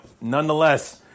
nonetheless